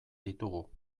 ditugu